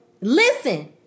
Listen